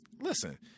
listen